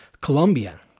Colombia